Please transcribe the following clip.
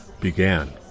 began